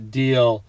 deal